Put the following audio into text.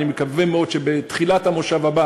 ואני מקווה מאוד שבתחילת המושב הבא